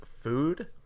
food